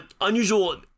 unusual